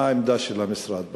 מה העמדה של המשרד בעניין?